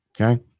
Okay